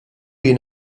jien